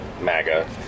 MAGA